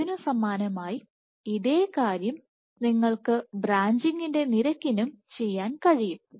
ഇതിനു സമാനമായി ഇതേ കാര്യം നിങ്ങൾക്ക് ബ്രാഞ്ചിംഗിന്റെ നിരക്കിനും ചെയ്യാൻ കഴിയും